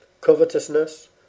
covetousness